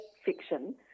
fiction